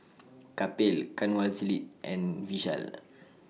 Kapil Kanwaljit and Vishal